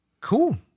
Cool